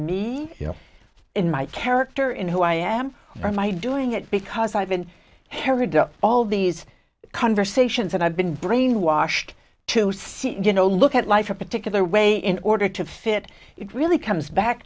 me in my character in who i am or am i doing it because i've been all these conversations and i've been brainwashed and you know look at life a particular way in order to fit it really comes back